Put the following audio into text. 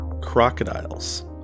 crocodiles